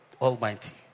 almighty